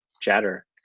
chatter